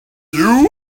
you